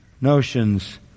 notions